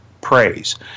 praise